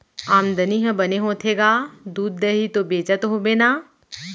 आमदनी ह बने होथे गा, दूद, दही तो बेचत होबे ना?